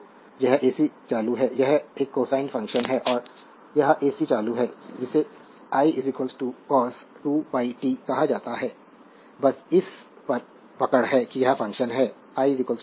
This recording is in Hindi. तो यह एसी चालू है यह एक कोसाइन फ़ंक्शन है और यह एसी चालू है जिसे i cos2πt कहा जाता है बस इस पर पकड़ है कि यह फ़ंक्शन है i cos2πt